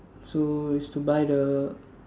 so it's to buy the